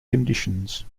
conditions